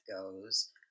goes